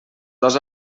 dos